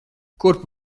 kurp